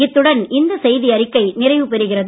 இத்துடன் இந்த செய்தியறிக்கை நிறைவுபெறுகிறது